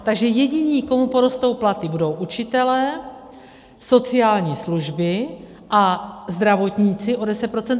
Takže jediní, komu porostou platy, budou učitelé, sociální služby a zdravotníci o 10 %.